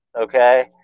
Okay